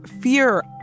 fear